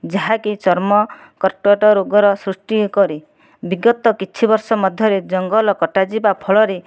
ଯାହାକି ଚର୍ମ କର୍କଟ ରୋଗର ସୃଷ୍ଟି କରି ବିଗତ କିଛି ବର୍ଷ ମଧ୍ୟରେ ଜଙ୍ଗଲ କଟାଯିବା ଫଳରେ